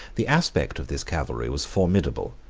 the aspect of this cavalry was formidable,